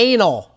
Anal